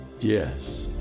yes